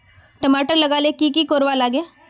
टमाटर लगा ले की की कोर वा लागे?